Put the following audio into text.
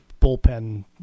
bullpen